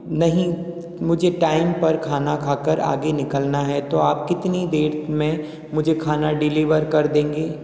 नहीं मुझे टाइम पर खाना खाकर आगे निकलना है तो आप कितनी देर में मुझे खाना डिलीवर कर देंगे